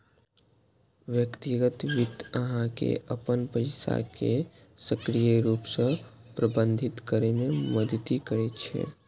व्यक्तिगत वित्त अहां के अपन पैसा कें सक्रिय रूप सं प्रबंधित करै मे मदति करै छै